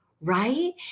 right